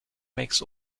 makes